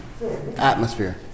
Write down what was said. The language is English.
Atmosphere